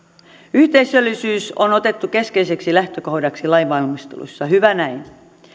yhteisöllisyys on otettu keskeiseksi lähtökohdaksi lainvalmistelussa hyvä näin